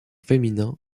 féminin